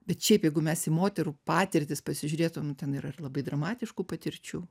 bet šiaip jeigu mes į moterų patirtis pasižiūrėtumėm ten yra labai dramatiškų patirčių